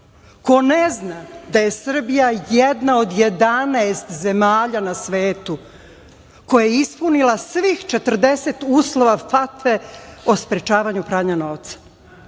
ko ne zna da je Srbija jedna od jedanaest zemalja na svetu koja je ispunila svih 40 uslova FATF-e o sprečavanju pranja novca.